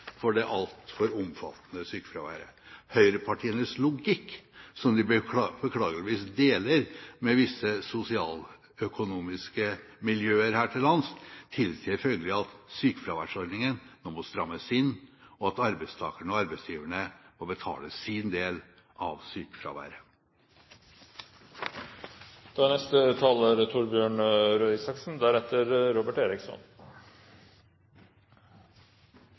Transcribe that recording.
for det altfor omfattende sykefraværet. Høyrepartienes logikk, som de beklageligvis deler med visse sosialøkonomiske miljøer her til lands, tilsier følgelig at sykefraværsordningen nå må strammes inn, og at arbeidstakerne og arbeidsgiverne må betale sin del av sykefraværet. Jeg er